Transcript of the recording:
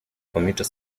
commuter